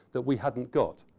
that we hadn't got.